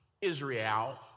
Israel